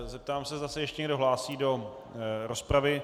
Zeptám se, zda se ještě někdo hlásí do rozpravy.